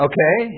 Okay